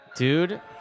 Dude